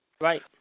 Right